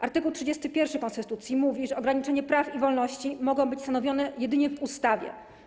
Art. 31 konstytucji mówi, że ograniczenia praw i wolności mogą być stanowione jedynie w ustawie.